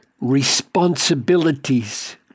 responsibilities